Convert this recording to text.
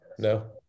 No